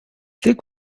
thick